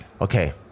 okay